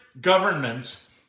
governments